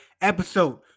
episode